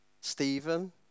Stephen